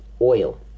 oil